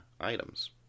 items